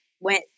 went